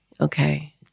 Okay